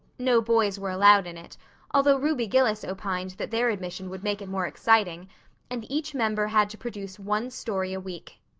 no boys were allowed in it although ruby gillis opined that their admission would make it more exciting and each member had to produce one story a week.